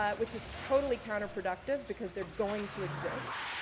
ah which is totally counterproductive because they're going to exist.